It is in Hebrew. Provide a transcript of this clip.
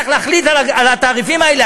צריך להחליט על התעריפים האלה,